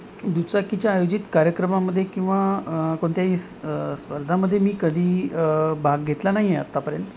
दुचाकीच्या आयोजित कार्यक्रमामध्ये किंवा कोणत्याही स्पर्धेमध्ये मी कधीही भाग घेतला नाही आहे आत्तापर्यंत